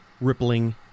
rippling